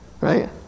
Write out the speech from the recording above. right